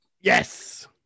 yes